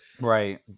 right